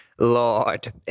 Lord